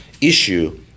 issue